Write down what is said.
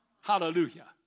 Hallelujah